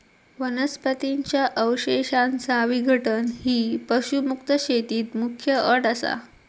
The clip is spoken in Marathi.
वनस्पतीं च्या अवशेषांचा विघटन ही पशुमुक्त शेतीत मुख्य अट असा